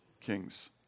kings